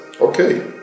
Okay